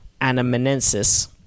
anamensis